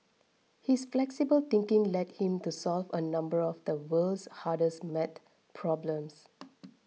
his flexible thinking led him to solve a number of the world's hardest math problems